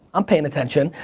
i'm paying attention,